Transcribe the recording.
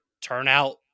turnout